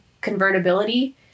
convertibility